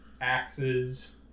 axes